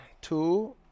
Two